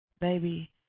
baby